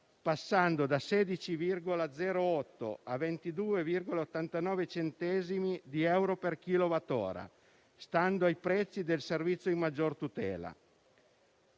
passando da 16,08 a 22,89 centesimi di euro per kilowattora, stando ai prezzi del servizio di maggior tutela.